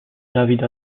david